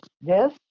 yes